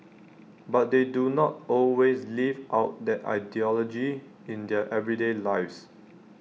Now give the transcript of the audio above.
but they do not always live out that ideology in their everyday lives